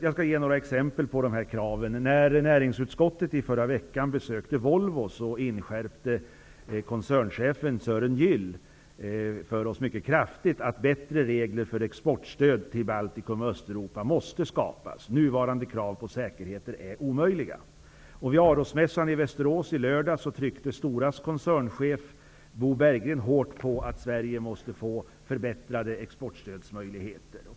Jag skall ge några exempel på krav. När näringsutskottet i förra veckan besökte Volvo, inskärpte koncernchefen Sören Gyll mycket kraftigt för oss att det måste skapas bättre regler för exportstöd till Baltikum och Östeuropa. Nuvarande krav på säkerheter är omöjliga att uppnå. Vid Aros-mässan i Västerås i lördags tryckte Storas koncernchef Bo Berggren hårt på att möjligheterna till stöd måste bli bättre i Sverige.